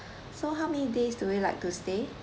so how many days do you like to stay